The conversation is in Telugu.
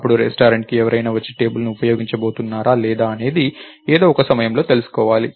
అప్పుడు రెస్టారెంట్కి ఎవరైనా వచ్చి టేబుల్ని ఉపయోగించబోతున్నారా లేదా అనేది ఏదో ఒక సమయంలో తెలుసుకోవాలి